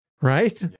right